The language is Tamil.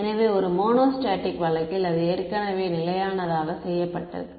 எனவே ஒரு மோனோஸ்டேடிக் வழக்கில் அது ஏற்கனவே நிலையானதாக செய்யப்பட்டது